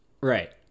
Right